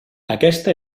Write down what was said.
aquesta